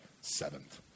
seventh